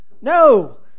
No